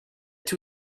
two